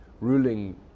ruling